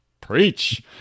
preach